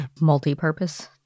Multi-purpose